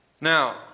Now